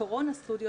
ה"קורונה סטודיו",